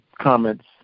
comments